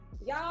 Y'all